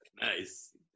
Nice